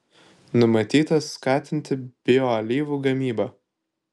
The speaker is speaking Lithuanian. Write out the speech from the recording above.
numatyta skatinti bioalyvų gamybą